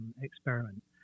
experiment